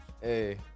Hey